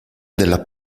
della